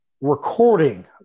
recording